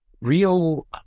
real